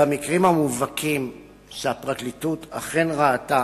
במקרים המובהקים שהפרקליטות אכן ראתה